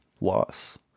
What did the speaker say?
loss